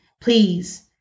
Please